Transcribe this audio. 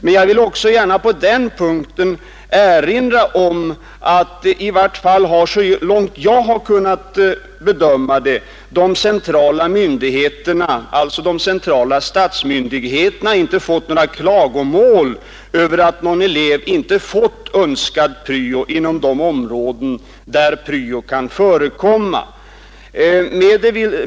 Men jag vill också gärna på den punkten framhålla att, i varje fall såvitt jag kunnat bedöma det, de centrala statsmyndigheterna inte fått några klagomål över att någon elev inte fått önskad pryo inom de områden där pryo kan förekomma.